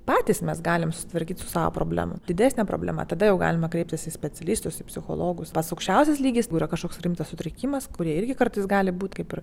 patys mes galim susitvarkyt su savo problemom didesnė problema tada jau galima kreiptis į specialistus psichologus pats aukščiausias lygis kur yra kažkoks rimtas sutrikimas kurie irgi kartais gali būti kaip ir